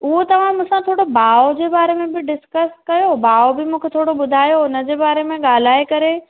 उहो तव्हां मूंसा थोरो भाव जे बारे में बि डिस्कस कयो भाव बि मूंखे थोरो ॿुधायो हुनजे बारे में ॻाल्हाए करे